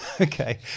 Okay